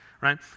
right